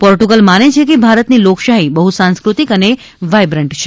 Portugal માને છે કે ભારતની લોકશાહી બહુસાંસ્કૃતિકઅને વાયબ્રન્ટ છે